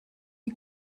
die